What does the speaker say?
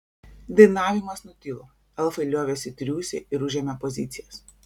dainavimas nutilo elfai liovėsi triūsę ir užėmė pozicijas